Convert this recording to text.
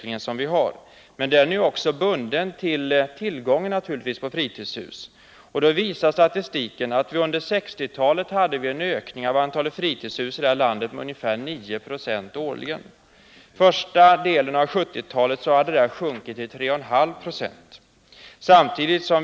Men den är naturligtvis också knuten till tillgången på fritidshus. Statistiken visar att vi under 1960-talet hade en ökning av antalet fritidshus med 9 20 årligen. Under första delen av 1970-talet sjönk ökningen till 3,5 26.